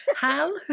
Hal